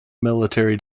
military